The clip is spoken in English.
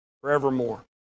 forevermore